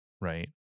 right